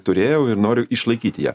turėjau ir noriu išlaikyti ją